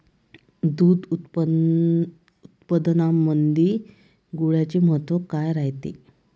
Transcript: दूध उत्पादनामंदी गुळाचे महत्व काय रायते?